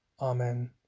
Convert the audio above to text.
Amen